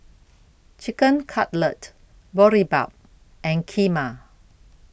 Chicken Cutlet Boribap and Kheema